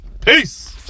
Peace